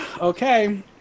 okay